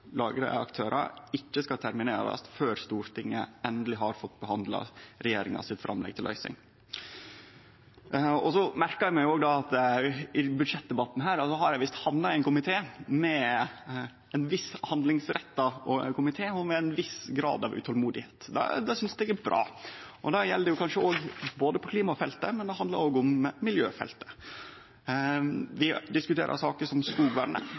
ikkje skal terminerast før Stortinget endeleg har fått behandla regjeringa sitt framlegg til løysing. Så merkar eg meg òg i budsjettdebatten her at eg visst har hamna i ein handlingsretta komité med ein viss grad av utålmodigheit. Det synest eg er bra, og det gjeld kanskje på klimafeltet, men det handlar òg om miljøfeltet. Vi diskuterer saker som skogvernet.